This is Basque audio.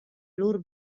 lur